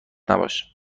نباش